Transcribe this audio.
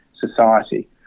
society